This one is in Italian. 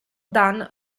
dan